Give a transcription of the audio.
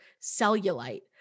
cellulite